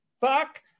fuck